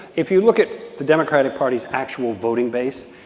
if you look at the democratic party's actual voting base,